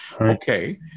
Okay